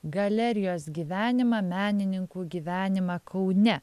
galerijos gyvenimą menininkų gyvenimą kaune